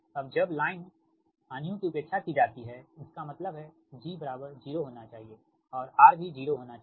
अब जब लाइन हानियों की उपेक्षा की जाती है इसका मतलब है g 0 होना चाहिए और r भी 0 होना चाहिए